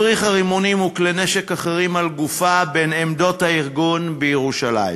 הבריחה רימונים וכלי נשק אחרים על גופה בין עמדות הארגון בירושלים.